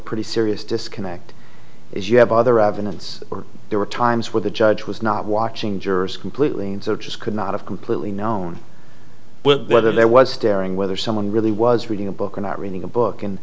pretty serious disconnect is you have other evidence or there were times where the judge was not watching jurors completely and so just could not have completely known whether there was staring whether someone really was reading a book or not reading a book and